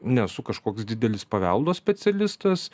nesu kažkoks didelis paveldo specialistas